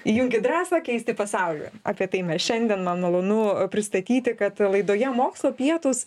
įjungi drąsą keisti pasaulį apie tai mes šiandien man malonu pristatyti kad laidoje mokslo pietūs